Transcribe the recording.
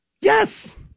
Yes